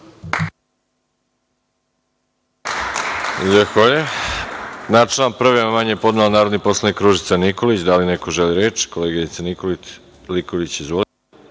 Hvala.